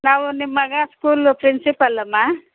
ನಾವು ನಿಮ್ಮ ಮಗ ಸ್ಕೂಲ್ ಪ್ರಿನ್ಸಿಪಾಲಮ್ಮ